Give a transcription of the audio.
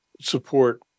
support